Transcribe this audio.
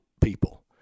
people